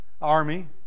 army